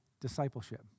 discipleship